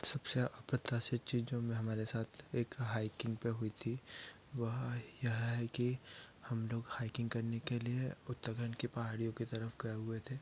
सबसे अप्रत्याशीत चीजों में हमारे साथ एक हैकिंग पर हुई थी वह यह है कि हम लोग हैकिंग करने के लिए उतघन के पहाड़ियों के तरफ गए हुए थे